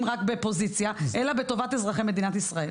רק בפוזיציה אלא בטובת אזרחי מדינת ישראל,